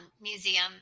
museum